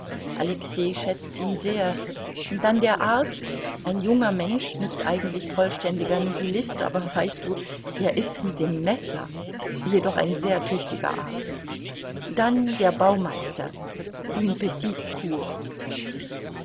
alexei schätzt ihn sehr dann der arzt ein junger mensch nicht eigentlich vollständiger nihilist aber weißt du er ißt mit dem messer jedoch ein sehr tüchtiger arzt dann der baumeister